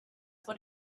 what